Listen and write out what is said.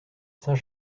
saint